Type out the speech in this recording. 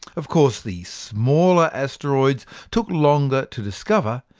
of course, the smaller asteroids took longer to discover,